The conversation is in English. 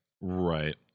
Right